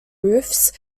roofs